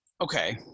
Okay